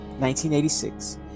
1986